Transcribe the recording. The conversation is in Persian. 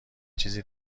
چیزی